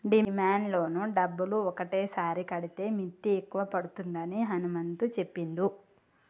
demand loan డబ్బులు ఒకటేసారి కడితే మిత్తి ఎక్కువ పడుతుందని హనుమంతు చెప్పిండు